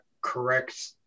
correct